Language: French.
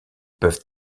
peuvent